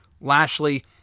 Lashley